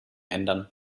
ändern